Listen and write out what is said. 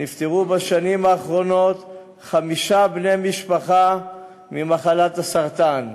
נפטרו בשנים האחרונות חמישה בני משפחה ממחלת הסרטן.